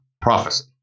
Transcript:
prophecy